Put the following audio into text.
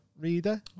reader